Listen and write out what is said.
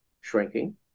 shrinking